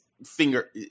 Finger